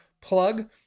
plug